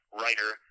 writer